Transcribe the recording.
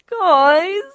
guys